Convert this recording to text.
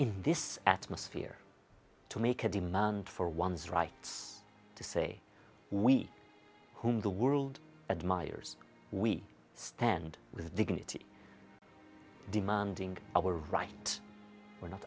in this atmosphere to make a demand for one's rights to say we whom the world admirers we stand with dignity demanding our right we're not